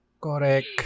Correct